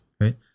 right